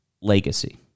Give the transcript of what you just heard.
legacy